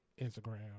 Instagram